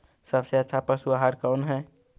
सबसे अच्छा पशु आहार कौन है?